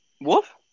Wolf